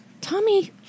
Tommy